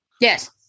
Yes